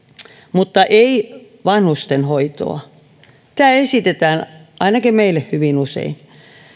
mutta ei vanhustenhoitoa tämä esitetään ainakin meille hyvin usein